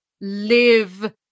live